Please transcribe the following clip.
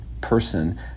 person